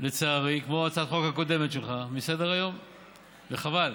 בהצעת החוק שלך, וחבל,